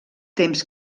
temps